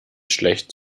schlecht